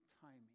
timing